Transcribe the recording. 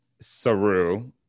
Saru